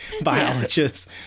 biologists